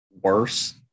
worse